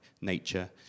nature